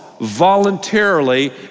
voluntarily